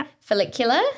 follicular